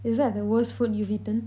is that the worst food you've eaten